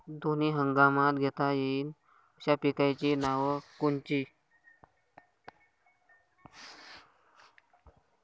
दोनी हंगामात घेता येईन अशा पिकाइची नावं कोनची?